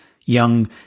young